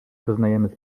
doznajemy